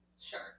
Sure